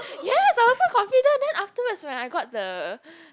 yes I was so confident then afterwards when I got the